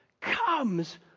comes